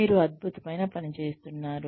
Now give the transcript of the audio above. మీరు అద్భుతమైన పని చేస్తున్నారు